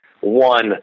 one